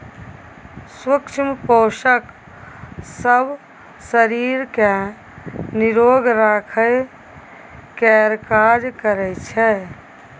सुक्ष्म पोषक सब शरीर केँ निरोग राखय केर काज करइ छै